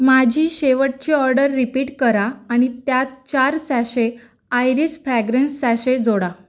माझी शेवटची order repeat करा आणि त्यात चार सॅशे आयरिस फ्रॅग्रन्स सॅशे जोडा